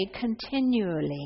continually